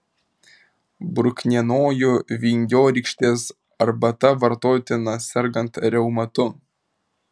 bruknienojų vingiorykštės arbata vartotina sergant reumatu